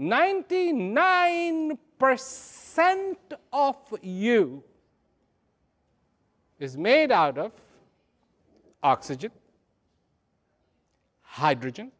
ninety nine percent of you is made out of oxygen hydrogen